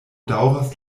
daŭras